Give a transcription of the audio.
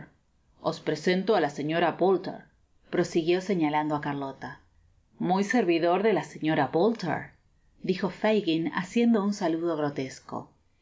os presento á la señora bolter prosiguió señalando á carlota muy servidor de la señora bolter dijo fagin haciendo nn saludo grotesco